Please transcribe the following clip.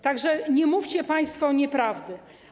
Tak że nie mówcie państwo nieprawdy.